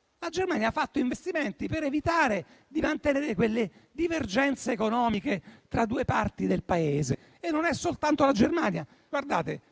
di Berlino ha fatto investimenti per evitare di mantenere quelle divergenze economiche tra due parti del Paese, oppure come